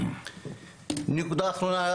נקודה אחרונה,